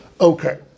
Okay